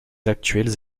actuelles